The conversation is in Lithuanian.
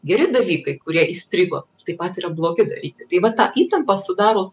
geri dalykai kurie įstrigo taip pat yra blogi dalykai tai vat tą įtampą sudaro